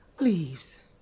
leaves